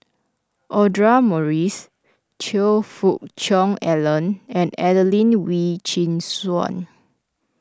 Audra Morrice Choe Fook Cheong Alan and Adelene Wee Chin Suan